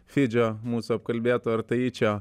fidžio mūsų apkalbėto ar taičio